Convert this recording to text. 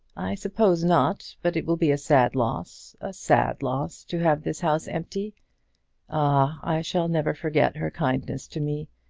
i suppose not. but it will be a sad loss a sad loss to have this house empty. ah i shall never forget her kindness to me.